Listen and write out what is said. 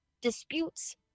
disputes